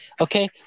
okay